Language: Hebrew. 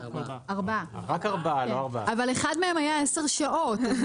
אבל אחד מהם היה 10 שעות.